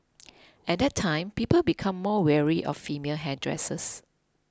at that time people became more wary of female hairdressers